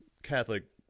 Catholic